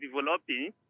developing